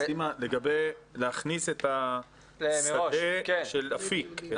לגבי להכניס את השדה של אפיק.